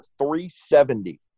370